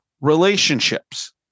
relationships